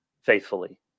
faithfully